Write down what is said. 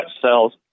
cells